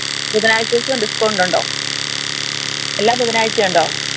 ബുധനാഴ്ച്ച ദിവസം ഡിസ്ക്കൗണ്ടൊണ്ടോ എല്ലാ ബുധനാഴ്ചയും ഉണ്ടോ